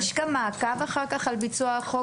האם יש אחר כך גם מעקב על הצעת החוק?